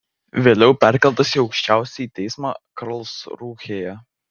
vėliau perkeltas į aukščiausiąjį teismą karlsrūhėje